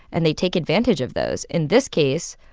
and they take advantage of those. in this case,